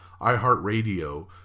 iHeartRadio